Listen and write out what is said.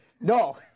no